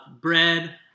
bread